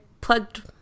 plugged